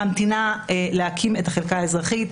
ממתינה להקים את החלקה האזרחית.